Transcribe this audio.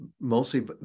mostly